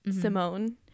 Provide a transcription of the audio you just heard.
Simone